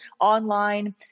online